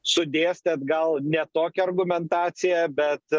sudėstėt gal ne tokia argumentacija bet